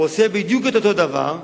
הוא עושה בדיוק את אותו דבר,